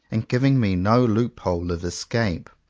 and giving me no loophole of escape.